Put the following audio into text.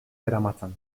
zeramatzan